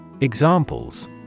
Examples